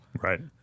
Right